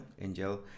Angel